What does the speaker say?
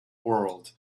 world